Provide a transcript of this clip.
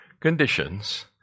conditions